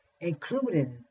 including